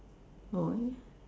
oh eh